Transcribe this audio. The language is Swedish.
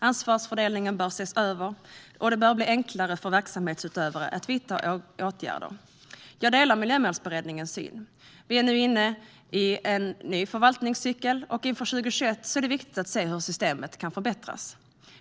Ansvarsfördelningen bör ses över, och det bör bli enklare för verksamhetsutövare att vidta åtgärder. Jag delar Miljömålsberedningens syn. Vi är nu inne i en ny förvaltningscykel, och inför 2021 är det viktigt att se hur systemet kan förbättras.